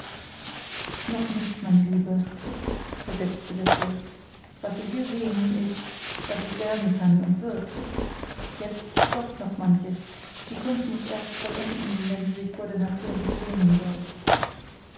noch nicht meine liebe versetzte der fürst was sie hier sahen ist was es werden kann und wird jetzt stockt noch manches die kunst muß erst vollenden wenn sie sich vor der natur nicht schämen soll